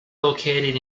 located